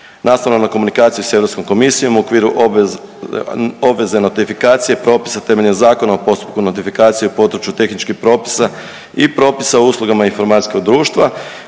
Nastavno na komunikacije s Europskom komisijom u okviru obveze notifikacije propisa temeljem Zakona o postupku notifikacije u području tehničkih propisa i propisa o uslugama informacijskog društva